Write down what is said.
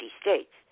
states